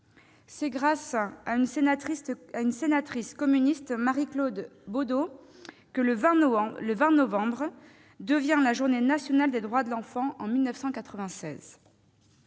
C'est grâce à une sénatrice communiste, Marie-Claude Beaudeau, que le 20 novembre devint la Journée nationale des droits de l'enfant en 1996.